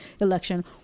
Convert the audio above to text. election